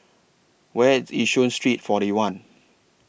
Where IS Yishun Street forty one